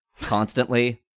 constantly